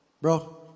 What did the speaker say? Bro